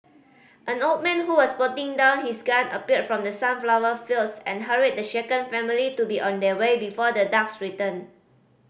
an old man who was putting down his gun appeared from the sunflower fields and hurried the shaken family to be on their way before the dogs return